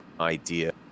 idea